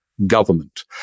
government